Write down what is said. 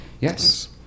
yes